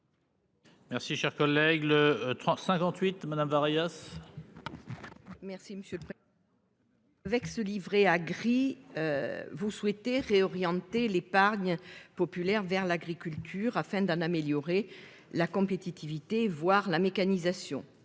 Merci cher collègue le. 3 58 Madame Barilla. Merci monsieur le prix. Avec ce livret A gris. Vous souhaitez réorienter l'épargne populaire vers l'agriculture afin d'en améliorer la compétitivité voir la mécanisation.